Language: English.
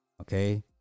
Okay